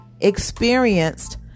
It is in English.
experienced